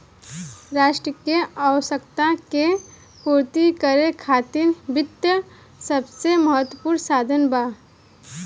राष्ट्र के आवश्यकता के पूर्ति करे खातिर वित्त सबसे महत्वपूर्ण साधन बा